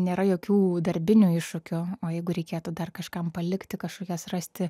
nėra jokių darbinių iššūkių o jeigu reikėtų dar kažkam palikti kažkokias rasti